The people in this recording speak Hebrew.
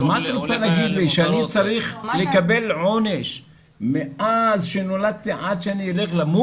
אז את רוצה לומר לי שאני צריך לקבל עונש מאז שנולדתי ועד שאמות?